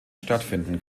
stattfinden